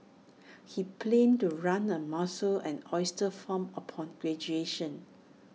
he planned to run A mussel and oyster farm upon graduation